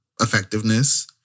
effectiveness